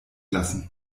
lassen